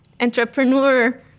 entrepreneur